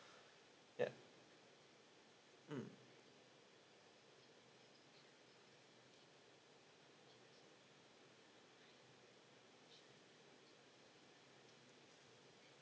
ya mm